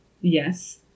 Yes